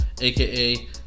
AKA